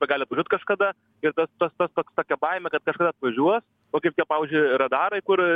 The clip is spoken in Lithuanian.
gali atvažiuot kažkada ir tas tas tas toks tokia baimė kad kažkada atvažiuos va kaip tie pavyzdžiui radarai kur